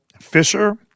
Fisher